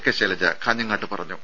K Shailaja കാഞ്ഞങ്ങാട്ട് പറഞ്ഞു